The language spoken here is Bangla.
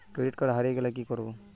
ক্রেডিট কার্ড হারিয়ে গেলে কি করব?